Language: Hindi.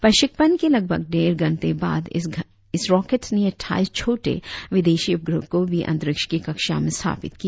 प्रक्षेपण के लगभग डेढ़ घंटे बाद इस रॉकेट ने अट्ठाईस छोटे विदेशी उपग्रहों को भी अंतरिक्ष की कक्षा में स्थापित किया